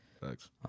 Thanks